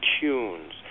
tunes